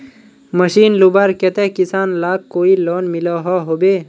Machine लुबार केते किसान लाक कोई लोन मिलोहो होबे?